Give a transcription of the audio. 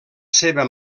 seva